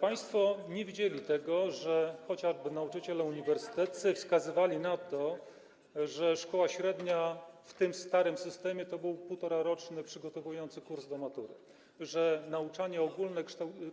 Państwo nie widzieli tego, że chociażby nauczyciele uniwersyteccy wskazywali na to, że szkoła średnia w tym starym systemie to był 1,5-roczny przygotowujący kurs do matury, że nauczanie ogólne